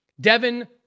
Devin